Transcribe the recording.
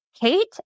Kate